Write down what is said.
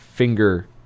finger